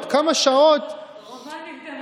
ורש"י כותב: "מלאך של רחמים היה", מלאך טוב.